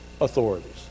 authorities